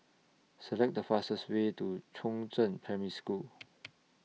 Select The fastest Way to Chongzheng Primary School